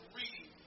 reading